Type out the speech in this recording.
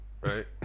right